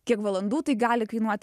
kiek valandų tai gali kainuoti